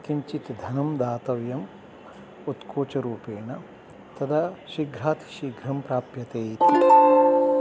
किञ्चित् धनं दातव्यम् उत्कोचरूपेण तदा शीघ्रातिशीघ्रं प्राप्यते इति